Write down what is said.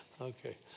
Okay